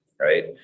right